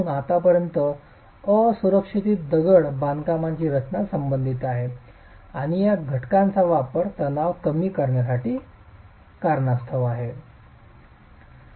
म्हणून आतापर्यंत असुरक्षित दगडी बांधकामची रचना संबंधित आहे आणि या घटकांचा वापर तणाव कमी करण्याच्या कारणास्तव आहे